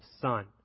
son